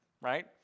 right